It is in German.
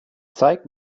zeig